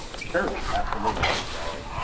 sure. absolutely. thanks valerie.